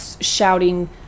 shouting